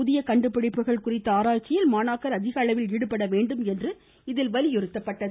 புதிய கண்டுபிடிப்புகள் குறித்த ஆராய்ச்சியில் மாணாக்கர் அதிகளவில் ஈடுபடவேண்டும் என்று இதில் வலியுறுத்தப்பட்டது